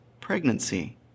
pregnancy